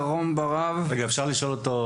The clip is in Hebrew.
רגע, אפשר לשאול שאלה?